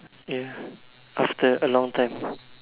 ya after a long time